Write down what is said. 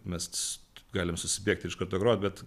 mes galim susibėgt ir iš karto grot bet